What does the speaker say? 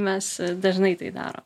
mes dažnai tai darom